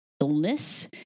illness